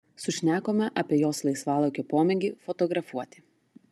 sušnekome apie jos laisvalaikio pomėgį fotografuoti